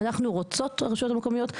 אנחנו הרשויות המקומיות רוצות,